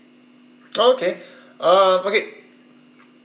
okay um okay